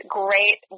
great